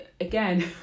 again